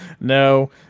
No